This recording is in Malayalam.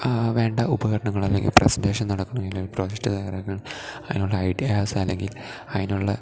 വേണ്ട ഉപകരണങ്ങൾ അല്ലെങ്കിൽ പ്രസൻറ്റേഷൻ നടക്കണമെങ്കിൽ പ്രൊജക്റ്റ് തയ്യാറാക്കുക അതിനുള്ള ഐഡിയാസ് അല്ലെങ്കിൽ അതിനുള്ള